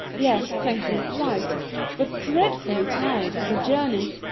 yes, thank you, quite but dreadfully tired with the journey.